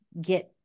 get